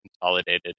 consolidated